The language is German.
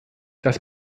das